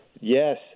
Yes